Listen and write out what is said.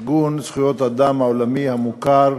ארגון זכויות האדם העולמי, המוכר,